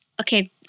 Okay